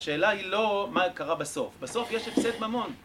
השאלה היא לא מה קרה בסוף. בסוף יש הפסד ממון.